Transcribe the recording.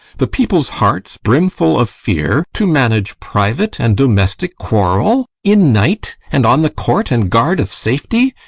the people's hearts brimful of fear, to manage private and domestic quarrel, in night, and on the court and guard of safety!